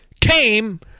came